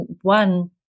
one